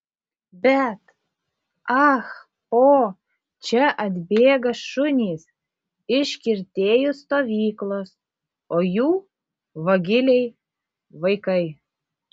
bet ah po čia atbėga šunys iš kirtėjų stovyklos o jų vagiliai vaikai